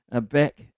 back